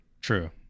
True